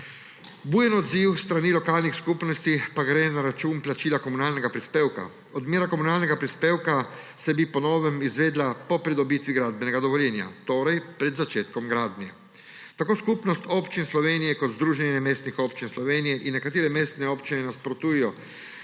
Bujen odziv s strani lokalnih skupnosti pa gre na račun plačila komunalnega prispevka. Odmera komunalnega prispevka bi se po novem izvedla po pridobitvi gradbenega dovoljenja, torej pred začetkom gradnje. Tako Skupnost občin Slovenije kot Združenje mestnih občin Slovenije in nekatere mestne občine nasprotujejo